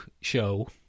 show